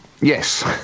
Yes